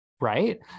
right